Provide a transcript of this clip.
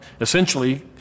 Essentially